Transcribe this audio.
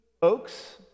folks